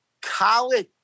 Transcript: College